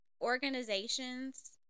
organization's